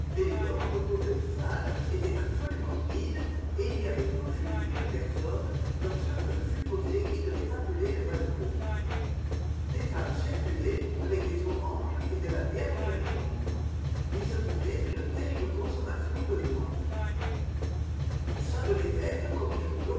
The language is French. les deux rangs de fauteuils sales étaient absolument vides et il y avait tout juste une personne dans ce que je supposais qu'ils devaient appeler le balcon des femmes circulaient avec des oranges et de la bière au gingembre il se faisait une terrible consommation de noix ça devait être comme